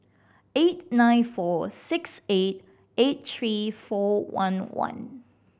eight nine four six eight eight three four one one